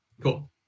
Cool